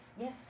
Yes